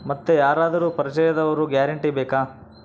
ಮತ್ತೆ ಯಾರಾದರೂ ಪರಿಚಯದವರ ಗ್ಯಾರಂಟಿ ಬೇಕಾ?